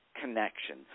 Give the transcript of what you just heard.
connection